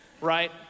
right